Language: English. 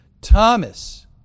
Thomas